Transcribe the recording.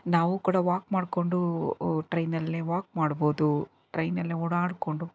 ನಾವು ಕೂಡ ವಾಕ್ ಮಾಡ್ಕೊಂಡು ಟ್ರೈನಲ್ಲೇ ವಾಕ್ ಮಾಡ್ಬಹುದು ಟ್ರೈನಲ್ಲೇ ಓಡಾಡ್ಕೊಂಡು